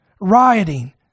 rioting